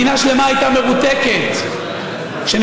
-ראש,